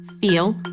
feel